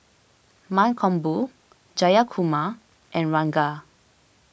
Mankombu Jayakumar and Ranga